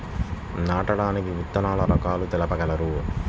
నాటడానికి విత్తన రకాలు తెలుపగలరు?